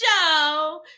show